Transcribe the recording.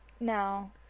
No